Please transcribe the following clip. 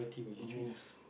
means